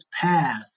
path